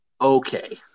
okay